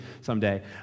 someday